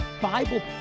Bible